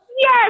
yes